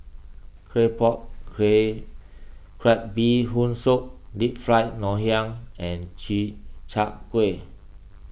Claypot Crab Bee Hoon Soup Deep Fried Ngoh Hiang and Chi Kak Kuih